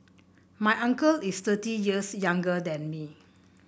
my uncle is thirty years younger than me